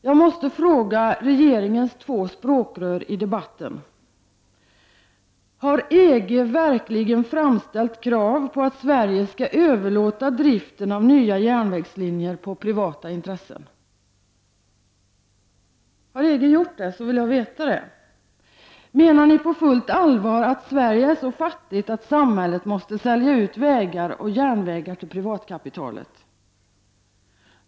Jag måste fråga regeringens två språkrör i debatten: Har EG verkligen framställt krav på att Sverige skall överlåta driften av nya järnvägslinjer på privata intressen? Jag vill veta om EG har gjort det. Menar ni på fullt allvar att Sverige är så fattigt att samhället måste sälja ut vägar och järnvägar till privatkapitalet?